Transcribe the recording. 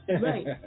Right